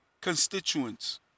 constituents